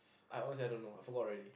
I honestly I don't know I forgot already